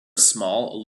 small